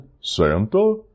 Santa